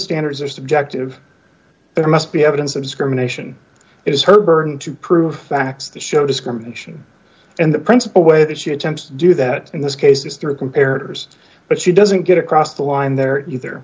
standards are subjective there must be evidence of discrimination it is her burden to prove facts that show discrimination and the principal way that she attempts to do that in this case is through comparatives but she doesn't get across the line there either